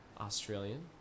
Australian